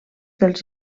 dels